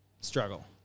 struggle